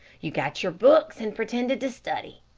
you got your books and pretended to study.